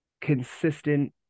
consistent